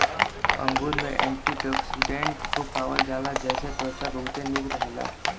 अंगूर में एंटीओक्सिडेंट खूब पावल जाला जेसे त्वचा बहुते निक रहेला